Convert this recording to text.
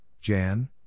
Jan